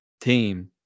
team